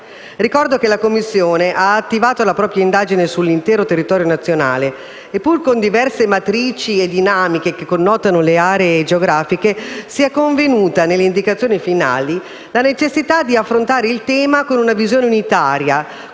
Ricordo che la Commissione ha attivato la propria indagine sull'intero territorio nazionale e, pur con diverse matrici e dinamiche che connotano le aree geografiche, si è convenuta, nelle indicazioni finali, la necessità di affrontare il tema con una visione unitaria,